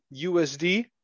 usd